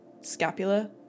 scapula